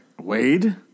Wade